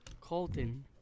Colton